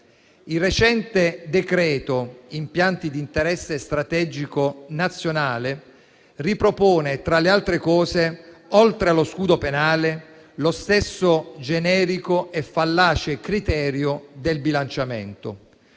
Il recente decreto impianti di interesse strategico nazionale ripropone, tra le altre cose, oltre allo scudo penale, lo stesso generico e fallace criterio del bilanciamento,